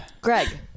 Greg